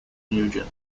nugent